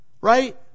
right